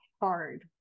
hard